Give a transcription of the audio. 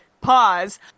pause